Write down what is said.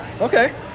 Okay